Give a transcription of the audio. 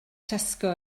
tesco